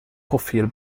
profil